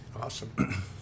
Awesome